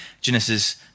Genesis